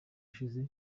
ushize